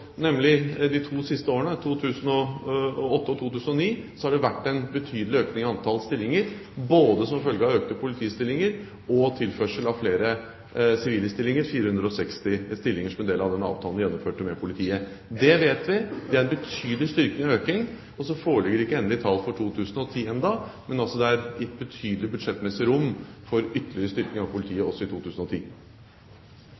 nemlig de to siste årene, 2008 og 2009, har det vært en betydelig økning i antall stillinger, både som følge av økte politistillinger og tilførsel av flere sivile stillinger – 460 stillinger, som en del av den avtalen vi gjennomførte med politiet. Det vet vi. Det er en betydelig økning. De endelige tallene for 2010 foreligger ikke enda, men det er gitt betydelig budsjettmessig rom for ytterligere styrking av politiet